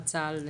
צה"ל,